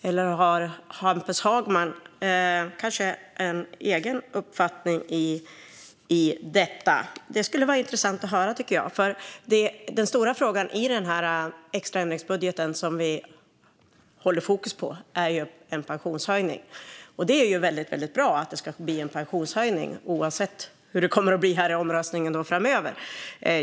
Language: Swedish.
Eller har Hampus Hagman kanske en egen uppfattning i detta? Det skulle vara intressant att höra, tycker jag. Den stora frågan i den extra ändringsbudget som vi håller fokus på är ju en pensionshöjning. Det är väldigt bra att det ska bli en pensionshöjning, oavsett hur det kommer att bli i omröstningen här framöver.